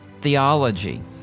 theology